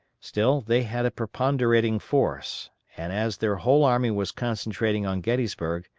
still they had a preponderating force, and as their whole army was concentrating on gettysburg,